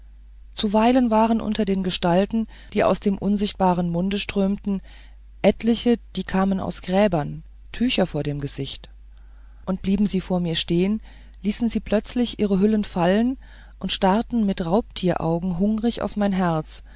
zuweilen waren unter den gestalten die aus dem unsichtbaren munde strömten etliche die kamen aus gräbern tücher vor dem gesicht und blieben sie vor mir stehen ließen sie plötzlich ihre hüllen fallen und starrten mit raubtieraugen hungrig auf mein herz